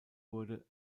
wurde